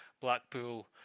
Blackpool